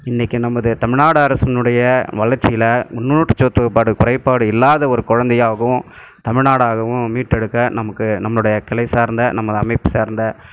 இன்றைக்கி நமது தமிழ்நாடு அரசினுடைய வளர்ச்சியில்ல நுன்னூட்ட சத்துபாடு குறைபாடு இல்லாத ஒரு குழந்தையாகவும் தமிழ்நாடாகவும் மீட்டெடுக்க நமக்கு நம்முடைய கிளை சார்ந்த நமது அமைப்பு சார்ந்த